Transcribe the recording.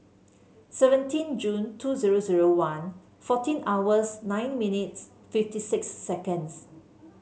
seventeen Jun two zero zero one fourteen hours nine minutes fifty six seconds